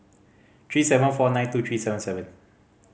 three seven four nine two three seven seven